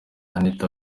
anita